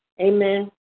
amen